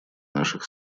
наших